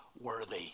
worthy